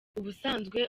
ubusanzwe